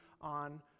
on